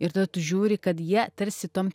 ir tada tu žiūri kad jie tarsi tom